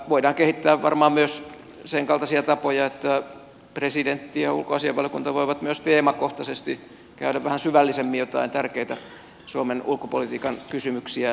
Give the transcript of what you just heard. voidaan kehittää varmaan myös sen kaltaisia tapoja että presidentti ja ulkoasiainvaliokunta voivat myös teemakohtaisesti käydä vähän syvällisemmin joitain tärkeitä suomen ulkopolitiikan kysymyksiä läpi